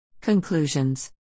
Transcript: Conclusions